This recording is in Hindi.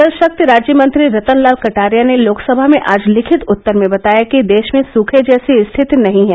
जलशक्ति राज्यमंत्री रतन लाल कटारिया ने लोकसभा में आज लिखित उत्तर में बताया कि देश में सुखे जैसी स्थिति नहीं है